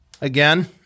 Again